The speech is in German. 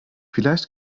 vielleicht